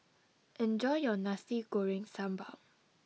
enjoy your Nasi Goreng Sambal